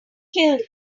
killed